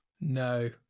No